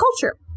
culture